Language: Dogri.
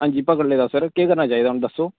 आं जी पकड़ी लैदा सर सनाओ केह् करना चाहिदा दस्सो